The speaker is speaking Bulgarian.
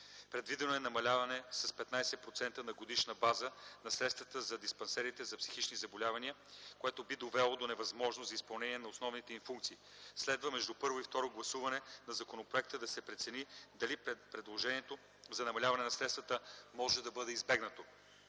Предвидено е намаляване с 15% на годишна база на средствата за диспансерите за психични заболявания, което би довело до невъзможност за изпълнение на основните им функции. Следва между първо и второ гласуване на законопроекта да се прецени дали предложението за намаляване на средствата може да бъде избегнато.